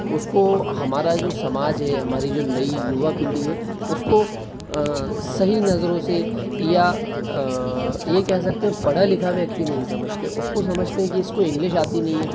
उसको हमारा जो समाज है हमारी जो नई युवा पीढ़ी है उसको सही नज़रों से या यह कह सकते हो पढ़ा लिखा व्यक्ति नहीं समझते उसको समझते है कि इसको इंग्लिश आती नहीं है